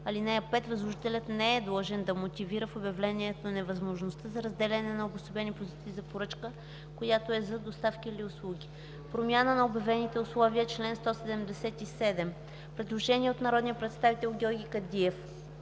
ал. 3. (5) Възложителят не е длъжен да мотивира в обявлението невъзможността за разделяне на обособени позиции на поръчка, която е за доставки или услуги.” „Промяна на обявените условия” – чл. 177. Предложение от народния представител Георги Кадиев: